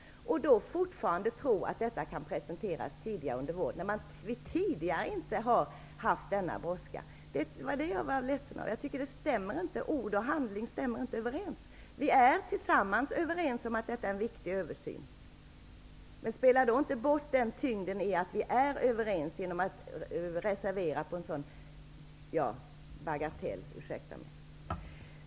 Fortfarande tror man alltså att detta skulle kunna presenteras tidigare. Men förut har man ju inte haft sådan brådska. Det är det som jag är ledsen över. Ord och handling stämmer inte överens. Vi är ju överens om att det är fråga om en viktig översyn. Spela då inte bort den tyngd som just den här samsynen innebär genom att ha med en reservation om en sådan -- ursäkta mig -- bagatell.